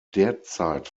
derzeit